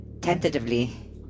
tentatively